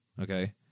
okay